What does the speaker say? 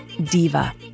diva